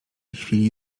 chwili